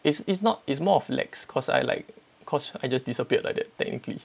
it's it's not it's more of lax cause I like cause I just disappeared like that technically